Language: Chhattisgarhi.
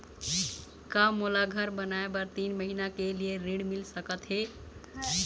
का मोला घर बनाए बर तीन महीना के लिए ऋण मिल सकत हे?